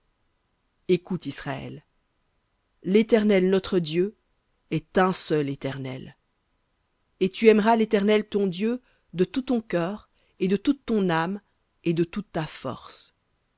écoute israël l'éternel notre dieu est un seul éternel et tu aimeras l'éternel ton dieu de tout ton cœur et de toute ton âme et de toute ta force